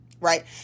Right